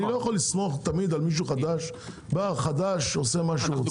אני לא יכול לסמוך - בא חדש, עושה מה שהוא רוצה.